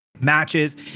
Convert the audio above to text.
matches